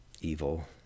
evil